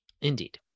Indeed